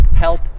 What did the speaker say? help